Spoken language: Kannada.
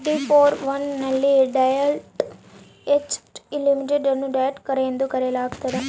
ಬಿಗ್ಡೆ ಫೋರ್ ಒನ್ ನಲ್ಲಿ ಡೆಲಾಯ್ಟ್ ಟಚ್ ಟೊಹ್ಮಾಟ್ಸು ಲಿಮಿಟೆಡ್ ಅನ್ನು ಡೆಲಾಯ್ಟ್ ಎಂದು ಕರೆಯಲಾಗ್ತದ